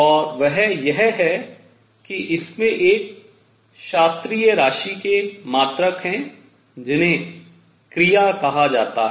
और वह यह है कि इसमें एक शास्त्रीय राशि के मात्रक हैं जिन्हें क्रिया कहा जाता है